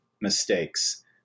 mistakes